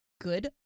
good